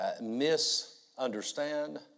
misunderstand